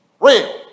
Real